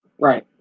Right